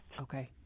Okay